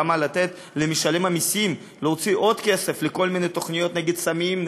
למה לתת למשלם המסים להוציא עוד כסף על כל מיני תוכניות נגד סמים,